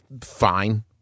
fine